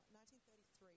1933